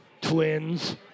twins